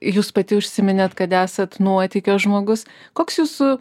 jūs pati užsiminėt kad esat nuotykio žmogus koks jūsų